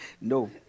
No